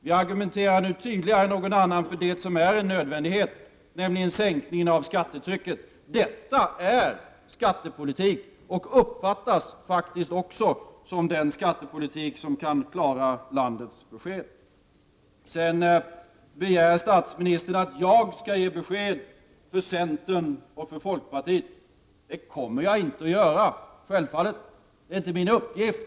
Vi argumenterar nu tydligare än någon annan för det som är en nödvändighet, nämligen en sänkning av skattetrycket. Detta är en skattepolitik och uppfattas faktiskt också som den skattepolitik som kan klara landet. Sedan begär statsministern att jag skall ge besked för centern och folkpartiet. Det kommer jag självfallet inte att göra. Det är inte min uppgift.